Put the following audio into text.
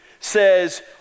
says